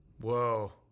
Whoa